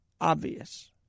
obvious